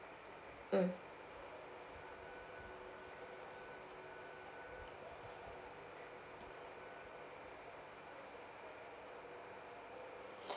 mm